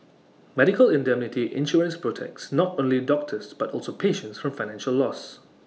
medical indemnity insurance protects not only doctors but also patients from financial loss